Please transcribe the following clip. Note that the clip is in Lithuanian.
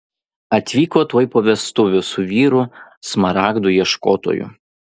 atvyko tuoj po vestuvių su vyru smaragdų ieškotoju